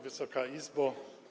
Wysoka Izbo!